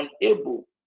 unable